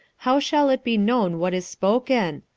how shall it be known what is spoken?